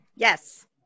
Yes